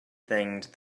thinged